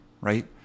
right